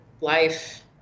life